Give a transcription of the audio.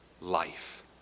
life